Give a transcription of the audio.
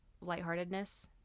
lightheartedness